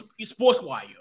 SportsWire